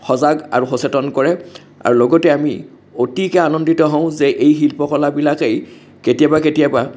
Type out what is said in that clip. সজাগ আৰু সচেতন কৰে আৰু লগতে আমি অতিকে আনন্দিত হওঁ যে এই শিল্পকলাবিলাকেই কেতিয়াবা কেতিয়াবা